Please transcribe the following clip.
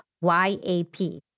Y-A-P